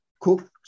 Cook